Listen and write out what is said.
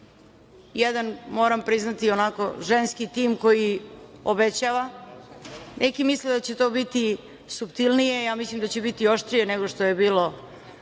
Jedan, moram priznati onako ženski tim, koji obećava. Neki misle da će to biti suptilnije, ja mislim da će biti oštrije, nego što je bilo,